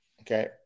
Okay